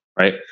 right